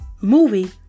movie